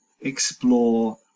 explore